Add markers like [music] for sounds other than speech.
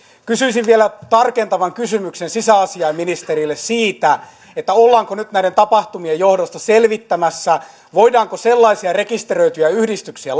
kysyisin vielä tarkentavan kysymyksen sisäasiainministeriltä ollaanko nyt näiden tapahtumien johdosta selvittämässä voidaanko lakkauttaa sellaisia rekisteröityjä yhdistyksiä [unintelligible]